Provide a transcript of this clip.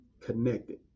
connected